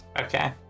Okay